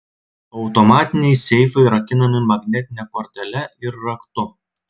automatiniai seifai rakinami magnetine kortele ir raktu